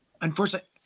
Unfortunately